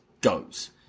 goes